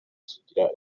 sugira